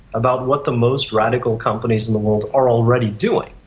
about what the most radical companies in the world are already doing,